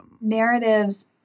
Narratives